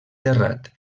terrat